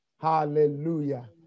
Hallelujah